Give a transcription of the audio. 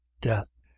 death